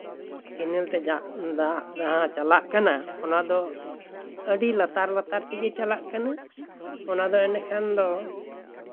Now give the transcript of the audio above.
canal ᱛᱮ ᱫᱟᱜ ᱡᱟᱦᱟᱸ ᱪᱟᱞᱟᱜ ᱠᱟᱱᱟ ᱚᱱᱟ ᱫᱚ ᱟᱹᱰᱤ ᱞᱟᱛᱟᱨ ᱞᱟᱛᱟᱨ ᱛᱮᱜᱮ ᱪᱟᱞᱟᱜ ᱠᱟᱱᱟ ᱚᱱᱟ ᱫᱚ ᱮᱸᱰᱮᱠᱷᱟᱱ ᱫᱚ